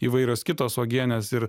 įvairios kitos uogienės ir